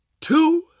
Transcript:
two